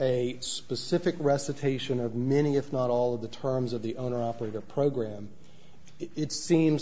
a specific recitation of many if not all of the terms of the owner operator program it seems